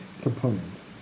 components